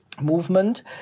movement